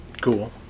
Cool